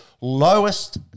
lowest